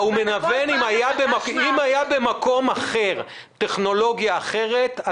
אם הייתה במקום אחר טכנולוגיה אחרת,